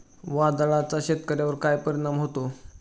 वादळाचा शेतकऱ्यांवर कसा परिणाम होतो?